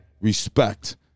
respect